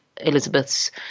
Elizabeth's